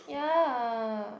yeah